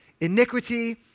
iniquity